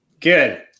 Good